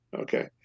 Okay